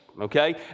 Okay